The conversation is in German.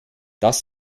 das